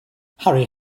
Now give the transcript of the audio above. harry